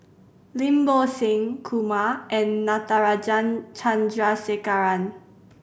Lim Bo Seng Kumar and Natarajan Chandrasekaran